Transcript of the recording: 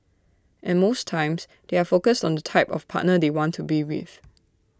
and most times they are focused on the type of partner they want to be with